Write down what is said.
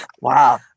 Wow